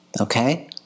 Okay